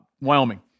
Wyoming